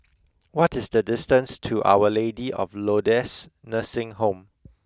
what is the distance to Our Lady of Lourdes Nursing Home